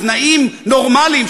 בתנאים נורמליים,